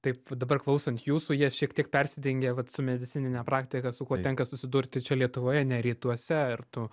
taip dabar klausant jūsų jie šiek tiek persidengia vat su medicinine praktika su kuo tenka susidurti čia lietuvoje ne rytuose ir tu